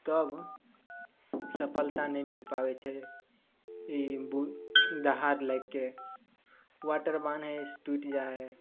तब सफलता नहि मिल पाबै छै ई दहार लागिके वाटर बांध है से टुटि जाइ है